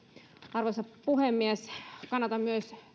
arvoisa puhemies kannatan myös